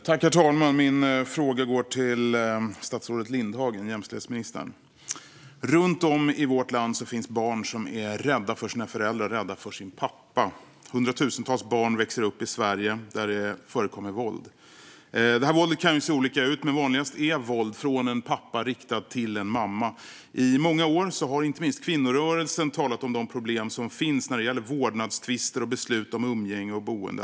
Herr talman! Min fråga går till statsrådet Lindhagen, jämställdhetsministern. Runt om i vårt land finns det barn som är rädda för sina föräldrar, rädda för sin pappa. Hundratusentals barn i Sverige växer upp i hem där det förekommer våld. Våldet kan se olika ut, men vanligast är våld från en pappa som är riktat mot en mamma. I många år har inte minst kvinnorörelsen talat om de problem som finns när det gäller vårdnadstvister och beslut om umgänge och boende.